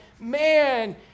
man